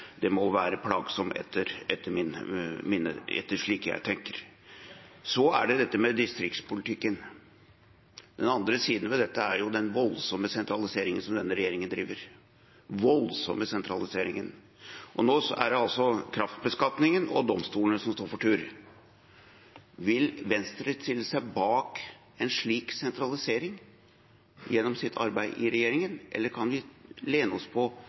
Det må være plagsomt, slik jeg tenker det. Så er det distriktspolitikken. Den andre siden ved dette er jo den voldsomme sentraliseringen som denne regjeringen driver – den voldsomme sentraliseringen. Nå er det altså kraftbeskatningen og domstolene som står for tur. Vil Venstre stille seg bak en slik sentralisering gjennom sitt arbeid i regjeringen, eller kan vi lene oss på